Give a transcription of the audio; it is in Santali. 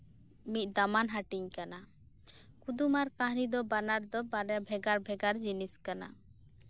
ᱢᱤᱫ ᱫᱟᱢᱟᱱ ᱦᱟᱹᱴᱤᱧ ᱠᱟᱱᱟ ᱠᱩᱫᱩᱢ ᱟᱨ ᱠᱟᱹᱦᱱᱤ ᱫᱚ ᱵᱟᱱᱟᱨ ᱫᱚ ᱵᱷᱮᱜᱟᱨᱼᱵᱷᱮᱜᱟᱨ ᱡᱤᱱᱤᱥ ᱠᱟᱱᱟ